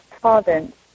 province